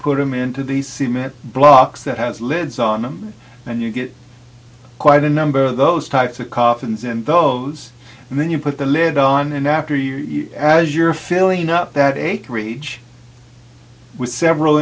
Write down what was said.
put them into these cement blocks that has legs on them and you get quite a number of those types of coffins and those and then you put the lid on and after you as you're filling up that a creature with several